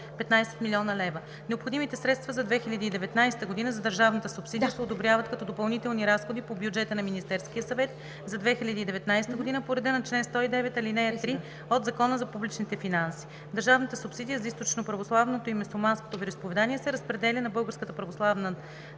15 млн. лв. Необходимите средства за 2019 г. за държавната субсидия се одобряват като допълнителни разходи по бюджета на Министерския съвет за 2019 г. по реда на чл. 109, ал. 3 от Закона за публичните финанси. Държавната субсидия за източноправославното и мюсюлманското вероизповедание се разпределя на Българската православна